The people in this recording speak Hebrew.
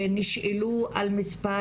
נשאלו על מס'